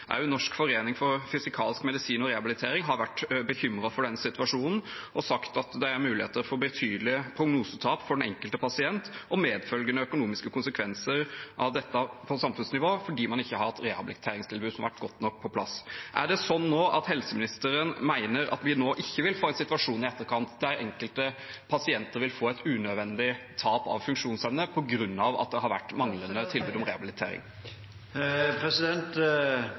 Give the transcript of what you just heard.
Norsk forening for fysikalsk medisin og rehabilitering har vært bekymret for den situasjonen og sagt at det er mulig at det gir betydelige prognosetap for den enkelte pasient, og medfølgende økonomiske konsekvenser av dette på samfunnsnivå fordi man ikke har hatt på plass et rehabiliteringstilbud som har vært godt nok. Er det nå slik at helseministeren mener vi ikke vil få en situasjon i etterkant der enkelte pasienter vil få et unødvendig tap av funksjonsevne på grunn av at det har vært et manglende tilbud om